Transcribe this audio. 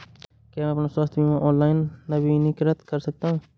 क्या मैं अपना स्वास्थ्य बीमा ऑनलाइन नवीनीकृत कर सकता हूँ?